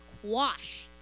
quash